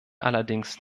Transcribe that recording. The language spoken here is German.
allerdings